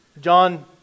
John